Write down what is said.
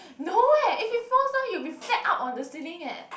no eh if it falls down you will be flat up on the ceiling eh